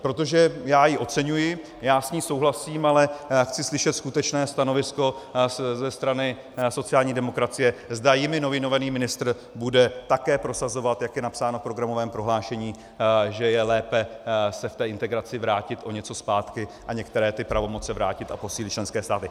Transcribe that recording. Protože já ji oceňuji, já s ní souhlasím, ale chci slyšet skutečné stanovisko ze strany sociální demokracie, zda jimi nominovaný ministr bude také prosazovat, jak je napsáno v programovém prohlášení, že je lépe se v té integraci vrátit o něco zpátky, některé pravomoce vrátit a posílit členské státy.